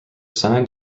signed